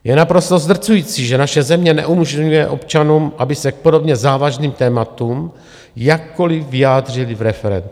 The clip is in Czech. Je naprosto zdrcující, že naše země neumožňuje občanům, aby se k podobně závažným tématům jakkoli vyjádřili v referendu.